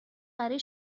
برای